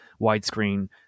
widescreen